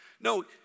No